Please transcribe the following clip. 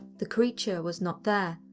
the creature was not there,